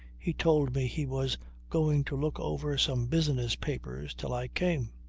he told me he was going to look over some business papers till i came.